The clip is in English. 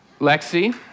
Lexi